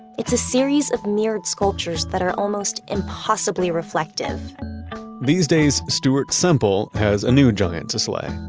it's a series of mirrored sculptures that are almost impossibly reflective these days stuart semple has a new giant to slay.